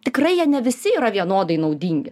tikrai jie ne visi yra vienodai naudingi